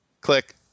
Click